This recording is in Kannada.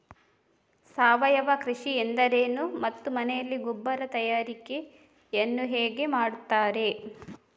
ಸಾವಯವ ಕೃಷಿ ಎಂದರೇನು ಮತ್ತು ಮನೆಯಲ್ಲಿ ಗೊಬ್ಬರ ತಯಾರಿಕೆ ಯನ್ನು ಹೇಗೆ ಮಾಡುತ್ತಾರೆ?